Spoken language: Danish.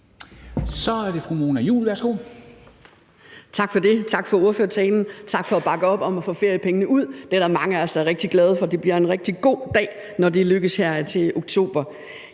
Kl. 10:21 Mona Juul (KF): Tak for det, tak for ordførertalen, og tak for at bakke op om at få feriepengene ud – det er der mange af os der er rigtig glade for. Så det bliver en rigtig god dag, når det lykkes at få